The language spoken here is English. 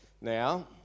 Now